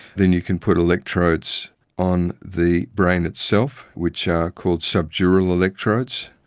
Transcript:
then you can put electrodes on the brain itself, which are called subdural electrodes,